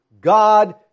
God